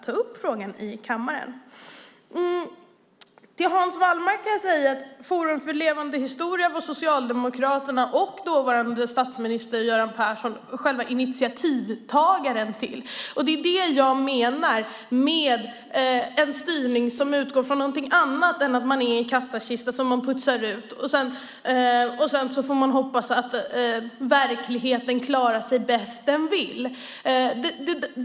Till Hans Wallmark kan jag säga att Socialdemokraterna och dåvarande statsminister Göran Persson var initiativtagare till Forum för levande historia. Det är det som jag menar med en styrning som utgår från någonting annat än att man har en kassakista som man pytsar pengar ur och att man sedan får hoppas att verkligheten klarar sig bäst den vill.